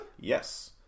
Yes